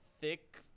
thick